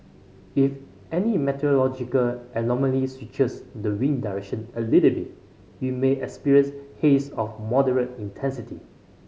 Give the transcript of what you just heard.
if any meteorological anomaly switches the wind direction a little bit we may experience haze of moderate intensity